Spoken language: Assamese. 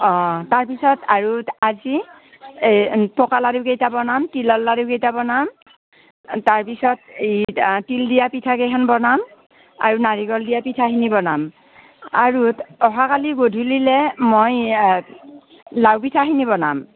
অ' তাৰপিছত আৰু আজি এই পকা লাৰুকেইটা বনাম তিলৰ লাৰুকেইটা বনাম তাৰপিছত এই তিল দিয়া পিঠাকেইখন বনাম আৰু নাৰিকল দিয়া পিঠাখিনি বনাম আৰু অহাকালি গধূলিলৈ মই লাও পিঠাখিনি বনাম